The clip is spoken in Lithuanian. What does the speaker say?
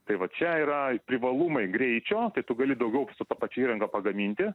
tai va čia yra privalumai greičio tai tu gali daugiau su ta pačia įranga pagaminti